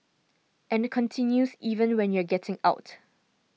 and continues even when you're getting out